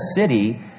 city